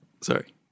Sorry